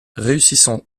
réussissant